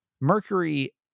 Mercury